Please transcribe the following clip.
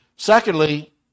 Secondly